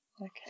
okay